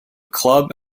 club